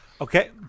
Okay